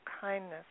kindness